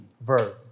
verb